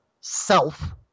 self